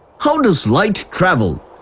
how does light travel?